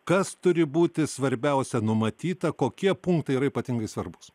kas turi būti svarbiausia numatyta kokie punktai yra ypatingai svarbūs